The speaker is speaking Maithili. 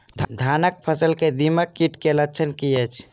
धानक फसल मे दीमक कीट केँ लक्षण की अछि?